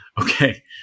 Okay